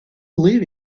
leave